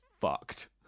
fucked